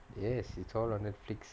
yes it's all on Netflix